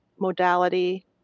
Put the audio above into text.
modality